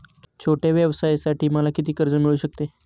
छोट्या व्यवसायासाठी मला किती कर्ज मिळू शकते?